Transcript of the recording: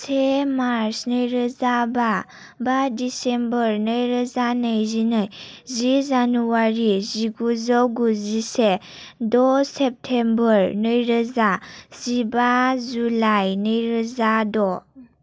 से मार्च नैरोजा बा बा डिसेम्बर नैरोजा नैजिनै जि जानुवारि जिगुजौ गुजिसे द' सेप्तेम्बर नैरोजा जिबा जुलाइ नैरोजा द'